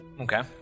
Okay